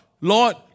Lord